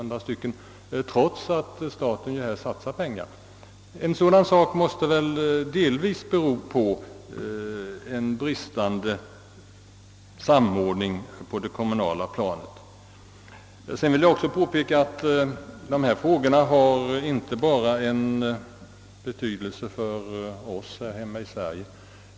Det har inte byggts mer än 800—900 sådana bostäder eller ungefär vad som motsvarar en tiondel av behovet, trots att staten satsar pengar på detta ändamål. Dessa frågor har betydelse inte bara för oss här hemma i Sverige.